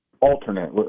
Alternate